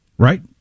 Right